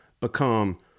become